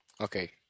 Okay